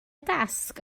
dasg